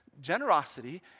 Generosity